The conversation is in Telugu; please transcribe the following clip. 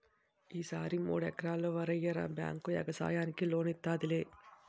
ఈ సారి మూడెకరల్లో వరెయ్యరా బేంకు యెగసాయానికి లోనిత్తాదిలే